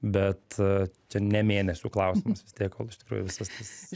bet čia ne mėnesių klausimas vis tiek kol iš tikrųjų visas tas